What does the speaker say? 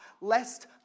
lest